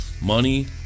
Money